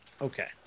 okay